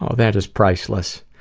ah that is priceless.